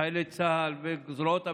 חיילי צה"ל וזרועות הביטחון,